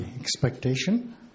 expectation